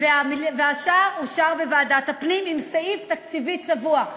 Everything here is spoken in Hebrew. והשאר אושר בוועדת הפנים עם סעיף תקציבי צבוע.